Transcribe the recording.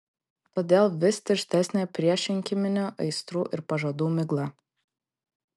todėl vis tirštesnė priešrinkiminių aistrų ir pažadų migla